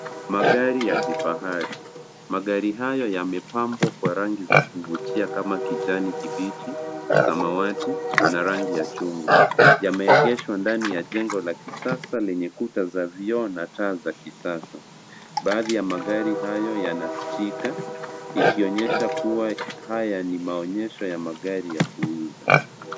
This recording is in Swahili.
Magari ya kifahari , magari hayo yamepambwa kwa rangi za kuvutia kama kijani kibichi, samawati na rangi ya chungwa . Yameegeshwa ndani ya jengo la kisasa lenye kuta za vioo na taa za kisasa. Baadhi ya magari hayo yana stika ikionyesha kuwa haya ni maonyesho ya magari ya kuuza.